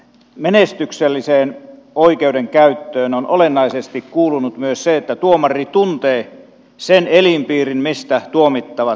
suomalaiseen menestykselliseen oikeudenkäyttöön on olennaisesti kuulunut myös se että tuomari tuntee sen elinpiirin mistä tuomittavat tulevat